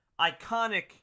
Iconic